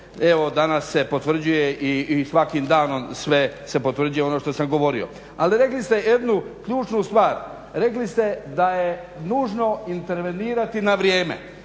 evo danas se potvrđuje i svakim danom sve se potvrđuje ono što sam govorio. Ali rekli ste jednu ključnu stvar, rekli ste da je nužno intervenirati na vrijeme,